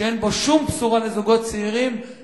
שאין בו שום בשורה לזוגות צעירים,